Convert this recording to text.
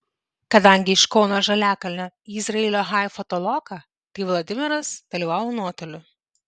kadangi iš kauno žaliakalnio į izraelio haifą toloka tai vladimiras dalyvavo nuotoliu